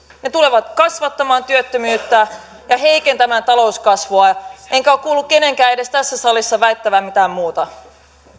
ne tulevat kasvattamaan työttömyyttä ja heikentämään talouskasvua enkä ole kuullut kenenkään edes tässä salissa väittävän mitään muuta